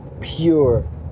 pure